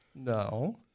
No